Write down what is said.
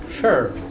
Sure